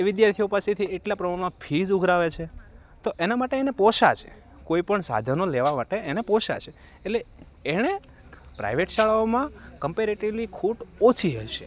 એ વિદ્યાર્થીઓ પાસેથી એટલા પ્રમાણમાં ફીસ ઉઘરાવે છે તો એના માટે એને પોષાશે કોઈ પણ સાધનો લેવા માટે એને પોષાશે એટલે એણે પ્રાઇવેટ શાળાઓમાં કમ્પેરેટલી ખોટ ઓછી હશે